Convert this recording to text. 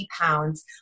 pounds